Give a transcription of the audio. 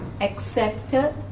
accepted